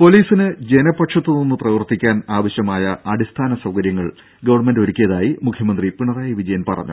പൊലീസിന് ജനപക്ഷത്ത് നിന്ന് പ്രവർത്തിക്കാൻ ആവശ്യമായ അടിസ്ഥാന സൌകര്യങ്ങൾ ഗവൺമെന്റ് ഒരുക്കിയതായി മുഖ്യമന്ത്രി പിണറായി വിജയൻ പറഞ്ഞു